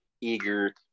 eager